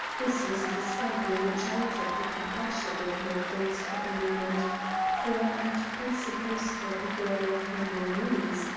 this was a discovery which altered the complexion of my thoughts for a moment for i had presupposed her a girl of humble means,